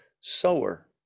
Sower